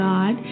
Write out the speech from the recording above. God